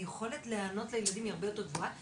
היכולת להיענות לילדים היא הרבה יותר גבוהה.